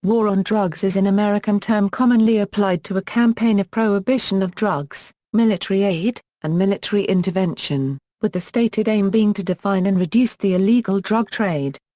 war on drugs is an american term commonly applied to a campaign of prohibition of drugs, military aid, and military intervention, with the stated aim being to define and reduce the illegal drug trade.